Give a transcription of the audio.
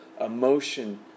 emotion